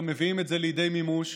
גם מביאים את זה לידי מימוש.